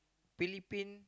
Philippine